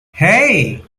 hey